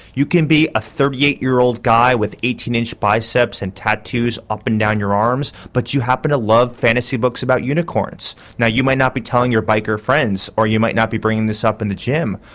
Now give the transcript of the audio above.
you can be a thirty eight year old guy with eighteen inch biceps and tattoos up and down your arms but you happen to love fantasy books about unicorns. now you might not be telling your biker friends or you might not be bringing this up in the gym,